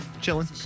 Chilling